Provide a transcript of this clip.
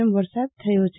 એમ વરસાદ થયો છે